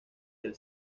del